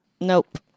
Nope